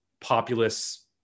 populous